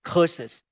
Curses